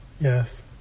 yes